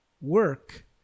work